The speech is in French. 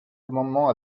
amendement